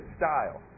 style